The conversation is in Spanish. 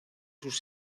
sus